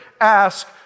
ask